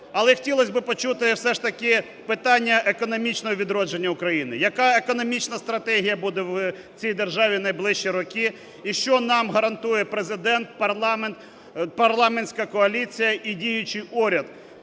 Але хотілось би почути все ж таки питання економічного відродження України: яка економічна стратегія буде в цій державі в найближчі роки, і що нам гарантує Президент, парламент, парламентська коаліція і діючий уряд;